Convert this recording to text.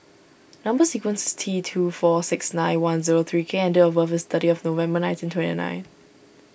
Number Sequence is T two four six nine one zero three K and date of birth is thirtieth November nineteen twenty nine